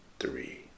three